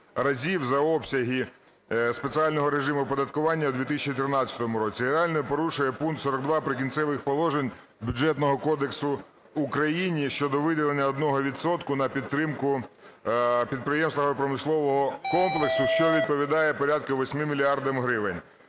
за обсяги спеціального режиму оподаткування в 2013 році. Реально порушує пункт 42 "Прикінцевих положень" Бюджетного кодексу України щодо виділення одного відсотка на підтримку підприємств агропромислового комплексу, що відповідає порядку 8 мільярдам